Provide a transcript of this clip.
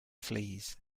flees